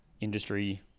industry